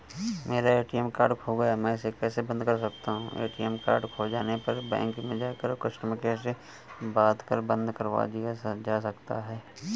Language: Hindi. मेरा ए.टी.एम कार्ड खो गया है मैं इसे कैसे बंद करवा सकता हूँ?